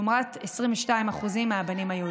לעומת 22% מהבנים היהודים.